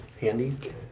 handy